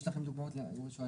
יש לכם דוגמאות לאנשים.